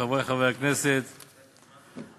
חברי חברי הכנסת הנכבדים,